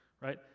right